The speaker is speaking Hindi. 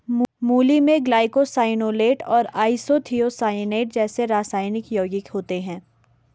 मूली में ग्लूकोसाइनोलेट और आइसोथियोसाइनेट जैसे रासायनिक यौगिक होते है